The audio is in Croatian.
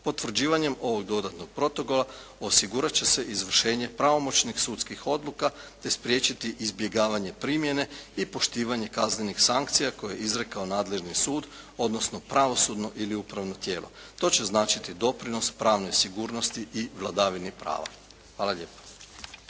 Potvrđivanjem ovog dodatnog protokola osigurati će se izvršenje pravomoćnih sudskih odluka te spriječiti izbjegavanje primjene i poštivanje kaznenih sankcija koje je izrekao nadležni sud odnosno pravosudno ili upravno tijelo. To će značiti doprinos pravnoj sigurnosti i vladavini prava. Hvala lijepo.